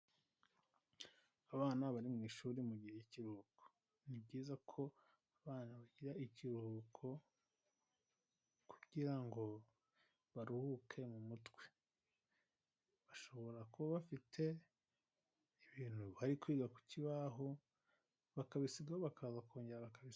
Abana bari mu ishuri mu gihe k'ikiruhuko, ni byiza ko abana bagira ikiruhuko kugira ngo baruhuke mu mutwe, bashobora kuba bafite ibintu bari kwiga ku kibaho, bakabisigaho bakabakongera bakabisanga.